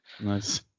Nice